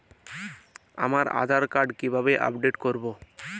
আমার আধার কার্ড কিভাবে আপডেট করব?